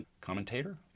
commentator